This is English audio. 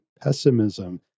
pessimism